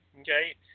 okay